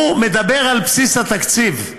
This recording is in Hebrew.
הוא מדבר על בסיס התקציב.